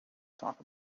talk